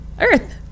Earth